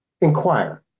inquire